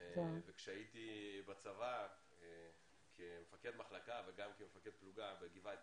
וכשהייתי בצבא כמפקד מחלקה וגם מפקד פלוגה בגבעתי